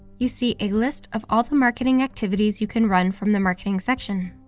you see a list of all the marketing activities you can run from the marketing section.